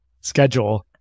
schedule